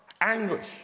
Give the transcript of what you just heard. anguish